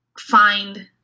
find